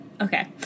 Okay